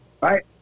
right